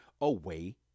away